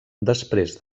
després